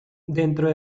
dentro